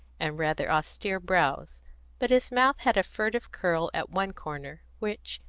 and rather austere brows but his mouth had a furtive curl at one corner, which,